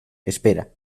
espera